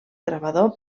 gravador